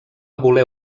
voler